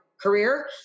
career